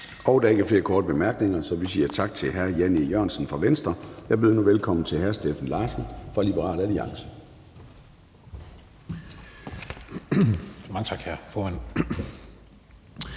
Der er ikke flere korte bemærkninger. Vi siger tak til hr. Jan E. Jørgensen fra Venstre. Jeg byder nu velkommen til fru Signe Munk fra Socialistisk